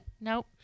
Nope